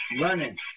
running